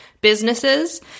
businesses